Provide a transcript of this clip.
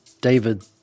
David